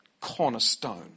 cornerstone